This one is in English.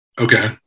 Okay